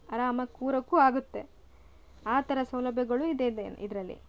ಆರಾಮಾಗಿ ಕೂರೋಕು ಆಗುತ್ತೆ ಆ ಥರ ಸೌಲಭ್ಯಗಳು ಇದೆ ಇದೆ ಇದರಲ್ಲಿ